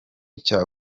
cya